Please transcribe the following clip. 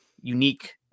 unique